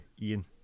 Ian